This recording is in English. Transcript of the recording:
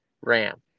ram